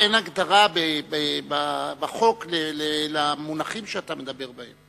אין הגדרה בחוק למונחים שאתה מדבר עליהם.